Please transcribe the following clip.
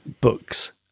books